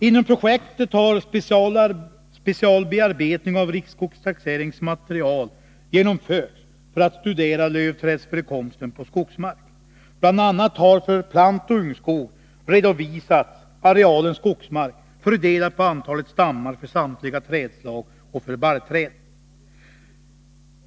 Inom projektet har specialbearbetning av riksskogstaxeringens material genomförts för att studera lövträdsförekomsten på skogsmark. Bl. a. har för plantoch ungskog redovisats arealen skogsmark fördelad på antalet stammar för samtliga trädslag och för barrträd.